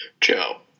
Joe